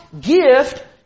gift